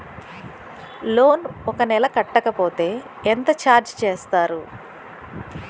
Loan ఒక నెల కట్టకపోతే ఎంత ఛార్జ్ చేస్తారు?